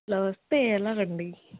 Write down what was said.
ఇలా వస్తే ఎలాగండి